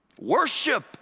Worship